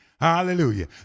Hallelujah